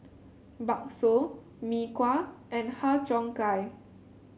bakso Mee Kuah and Har Cheong Gai